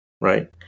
right